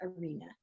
arena